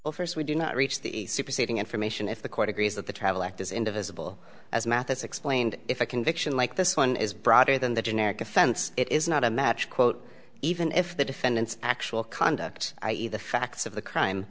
well first we do not reach the superseding information if the court agrees that the travel act is indefensible as mathis explained if a conviction like this one is broader than the generic offense it is not a match quote even if the defendant's actual conduct i e the facts of the crime